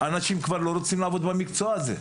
אנשים כבר לא רוצים לעבוד במקצוע הזה,